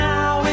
Now